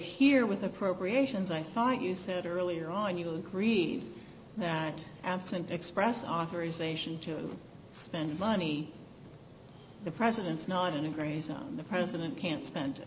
here with appropriations i thought you said earlier on you agreed that absent express authorization to spend money the president's non integration on the president can't spend